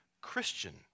Christian